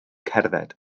cerdded